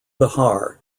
bihar